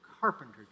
Carpenter